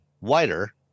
wider